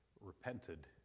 repented